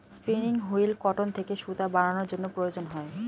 spinning wheel cotton থেকে সুতা বানানোর জন্য প্রয়োজন হয়